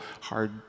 hard